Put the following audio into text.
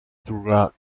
throughout